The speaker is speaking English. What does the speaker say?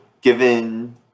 given